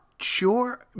Sure